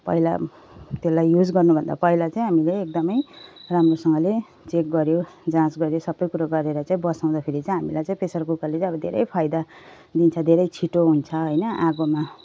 पहिला त्यसलाई युज गर्नुभन्दा पहिला चाहिँ हामीले एकदमै राम्रोसँगले चेक गऱ्यो जाँच गऱ्यो सबै कुरो गरेर चाहिँ बसाउँदाखेरि चाहिँ हामीलाई चाहिँ प्रेसर कुकरले चाहिँ अब धेरै फाइदा दिन्छ धेरै छिटो हुन्छ होइन आगोमा